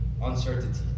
Uncertainty